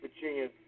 Virginia